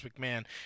McMahon